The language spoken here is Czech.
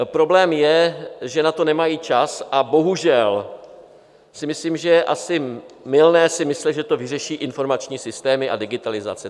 Problém je, že na to nemají čas, a bohužel si myslím, že je asi mylné si myslet, že to vyřeší informační systémy a digitalizace.